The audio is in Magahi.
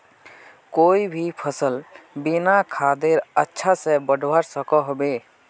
कोई भी सफल बिना खादेर अच्छा से बढ़वार सकोहो होबे?